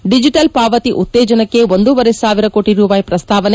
digital ಪಾವತಿ ಉತ್ತೇಜನಕ್ಕೆ ಒಂದೂವರೆ ಸಾವಿರ ಕೋಟಿ ರೂಪಾಯಿ ಪ್ರಸ್ತಾವನೆ